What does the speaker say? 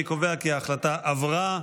אני קובע כי ההצעה עברה.